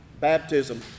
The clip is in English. Baptism